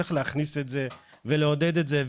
צריך להכניס את זה ולעודד את זה.